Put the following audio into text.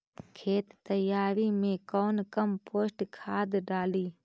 खेत तैयारी मे कौन कम्पोस्ट खाद डाली?